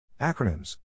Acronyms